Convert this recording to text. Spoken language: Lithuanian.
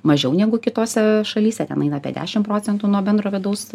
mažiau negu kitose šalyse ten eina apie dešim procentų nuo bendro vidaus